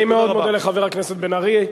אני מאוד מודה לחבר הכנסת בן-ארי.